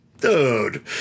Dude